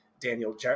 Daniel